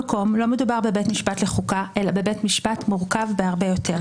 האמת, אלה דברי הטעם היחידים שנשמעים פה.